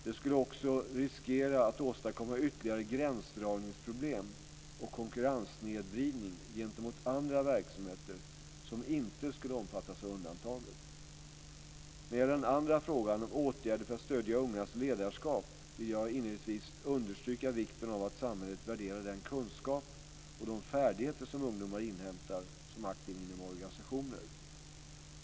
Det skulle också riskera att åstadkomma ytterligare gränsdragningsproblem och konkurrenssnedvridning gentemot andra verksamheter som inte skulle omfattas av undantaget. När det gäller den andra frågan, om åtgärder för att stödja ungas ledarskap, vill jag inledningsvis understryka vikten av att samhället värderar den kunskap och de färdigheter som ungdomar inhämtar som aktiva inom organisationer.